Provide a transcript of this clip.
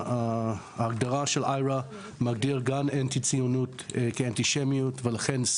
ההגדרה של IHRA מגדירה גם אנטי ציונות כאנטישמיות ולכן זה